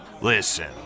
Listen